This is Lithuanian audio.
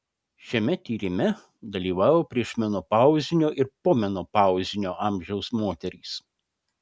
šiame tyrime dalyvavo priešmenopauzinio ir pomenopauzinio amžiaus moterys